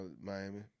Miami